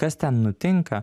kas ten nutinka